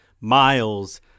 miles